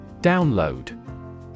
Download